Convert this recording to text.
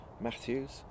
Matthews